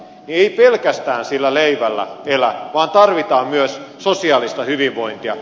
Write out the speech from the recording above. ei pelkästään sillä leivällä elä vaan tarvitaan myös sosiaalista hyvinvointia